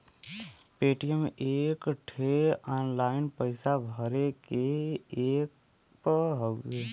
Paytm एक ठे online पइसा भरे के ऐप हउवे